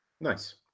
Nice